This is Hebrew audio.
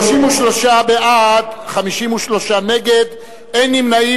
33 בעד, 53 נגד, אין נמנעים.